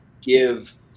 give